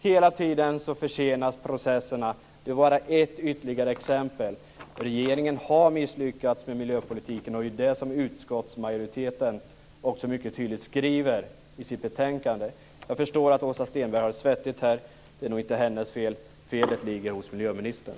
Hela tiden försenas processerna. Det här var bara ytterligare ett exempel. Regeringen har misslyckats med miljöpolitiken, och det är det som utskottsmajoriteten mycket tydligt skriver i sitt betänkande. Jag förstår att Åsa Stenberg har det svettigt här. Det är nog inte hennes fel. Felet ligger hos miljöministern.